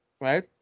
right